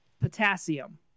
Potassium